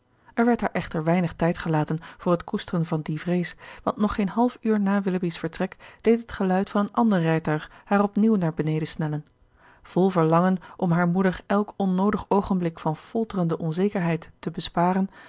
er werd haar echter weinig tijd gelaten voor het koesteren van die vrees want nog geen half uur na willoughby's vertrek deed het geluid van een ander rijtuig haar opnieuw naar beneden snellen vol verlangen om hare moeder elk onnoodig oogenblik van folterende onzekerheid te besparen